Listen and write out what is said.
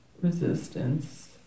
resistance